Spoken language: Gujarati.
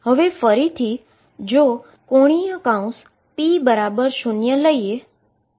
હવે ફરીથી જો ⟨p⟩0 લઈએ